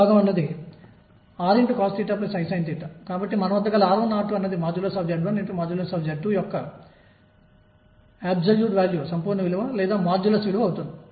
A నుండి A వరకు ఆపై తిరిగి వెనుకకు వస్తుంది కనుక A A p dx వరకు ఒక వ్యవధిలో సంపూర్ణ సమాకలనం అవుతుంది